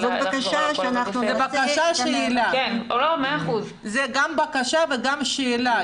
זו בקשה שאלה, זו גם בקשה וגם שאלה.